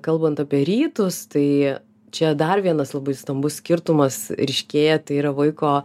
kalbant apie rytus tai čia dar vienas labai stambus skirtumas ryškėja tai yra vaiko